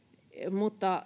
mutta